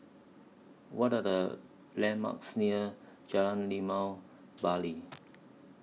What Are The landmarks near Jalan Limau Bali